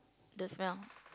the smell